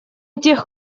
тех